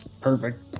perfect